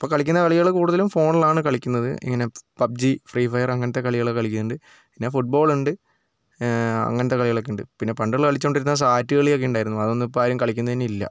ഇപ്പം കളിക്കുന്ന കളികൾ കൂടുതലും ഫോണിലാണ് കളിക്കുന്നത് ഇങ്ങനെ പബ്ജി ഫ്രീഫയർ അങ്ങനത്തെ കളികൾ കളിക്കുന്നുണ്ട് പിന്നെ ഫുട്ബോളുണ്ട് അങ്ങനത്തെ കളികളൊക്കെയുണ്ട് പിന്നെ പണ്ടുള്ള കളിച്ചുകൊണ്ടിരുന്ന സാറ്റുകളിയൊക്കെ ഉണ്ടായിരുന്നു അതൊന്നും ഇപ്പം ആരും കളിക്കുന്നതു തന്നെ ഇല്ല